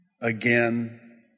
again